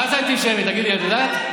מה זה אנטישמי, תגידי לי, את יודעת?